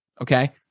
Okay